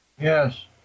Yes